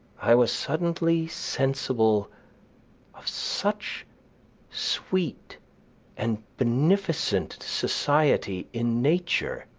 i was suddenly sensible of such sweet and beneficent society in nature,